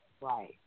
Right